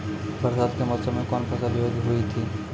बरसात के मौसम मे कौन फसल योग्य हुई थी?